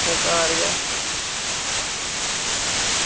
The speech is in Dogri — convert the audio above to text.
में घर गै